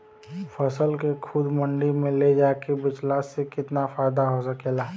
फसल के खुद मंडी में ले जाके बेचला से कितना फायदा हो सकेला?